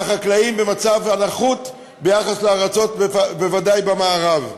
והחקלאים במצב הנחות ביחס לארצות, בוודאי במערב.